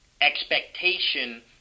expectation